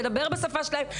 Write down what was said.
לדבר בשפה שלהן,